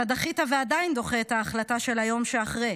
אתה דחית, ועדיין דוחה, את ההחלטה על היום שאחרי.